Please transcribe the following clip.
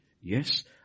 Yes